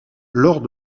lors